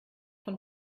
von